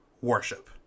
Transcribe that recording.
worship